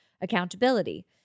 accountability